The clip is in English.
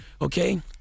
okay